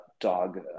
dog